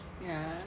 ya